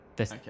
Okay